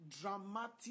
dramatic